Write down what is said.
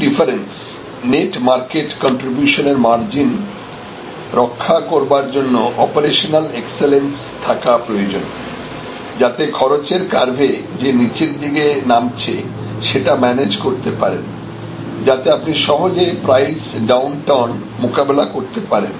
এই difference net market কন্ট্রিবিউশনের margin রক্ষা করবার জন্য অপারেশনাল এক্সেলেন্স থাকা প্রয়োজন যাতে খরচের কার্ভে যে নিচের দিকে নামছে সেটা ম্যানেজ করতে পারেনযাতে আপনি সহজে প্রাইস ডাউন টার্ন মোকাবেলা করতে পারেন